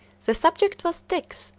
the subject was tix,